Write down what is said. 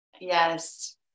Yes